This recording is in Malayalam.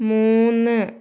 മൂന്ന്